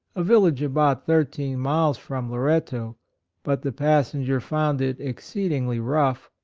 a village about thirteen miles from loretto but the passenger found it exceedingly rough,